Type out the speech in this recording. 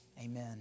Amen